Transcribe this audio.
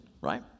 right